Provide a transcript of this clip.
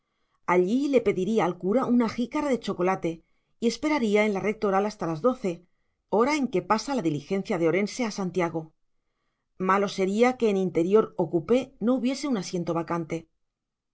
allí le pediría al cura una jícara de chocolate y esperaría en la rectoral hasta las doce hora en que pasa la diligencia de orense a santiago malo sería que en interior o cupé no hubiese un asiento vacante